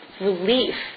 relief